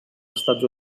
estats